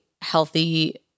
healthy